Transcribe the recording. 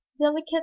Delicate